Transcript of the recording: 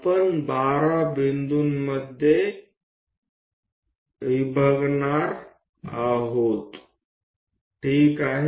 આપણે 12 બિંદુઓની સંજ્ઞામાં સાચા છીએ